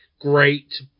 Great